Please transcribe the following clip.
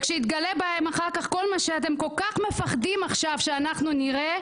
וכשיתגלה בהם כל מה שאתם כל כך מפחדים שאנחנו נראה,